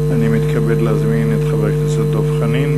אני מתכבד להזמין את חבר הכנסת דב חנין.